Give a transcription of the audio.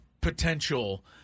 potential